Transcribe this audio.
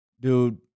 dude